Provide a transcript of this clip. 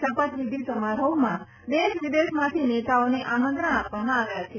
શપથવિધિ સમારોહમાં દેશ વિદેશમાંથી નેતાઓને આમંત્રણ આપવામાં આવ્યા છે